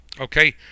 Okay